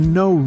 no